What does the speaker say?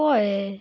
ᱦᱳᱭ